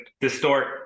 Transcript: distort